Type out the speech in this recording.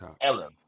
Ellen